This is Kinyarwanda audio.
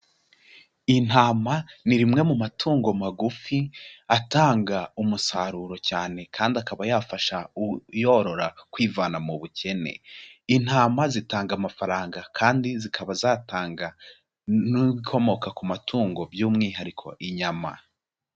Intama ni rimwe mu matungo magufi atanga umusaruro cyane kandi akaba yafasha uyorora kwivana mu bukene, intama zitanga amafaranga kandi zikaba zatanga n'ibikomoka ku matungo by'umwihariko inyama.